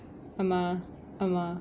அம்மா அம்மா:amma amma